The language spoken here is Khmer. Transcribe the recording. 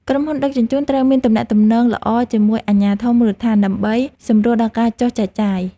ក្រុមហ៊ុនដឹកជញ្ជូនត្រូវមានទំនាក់ទំនងល្អជាមួយអាជ្ញាធរមូលដ្ឋាន ដើម្បីសម្រួលដល់ការចុះចែកចាយ។